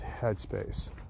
headspace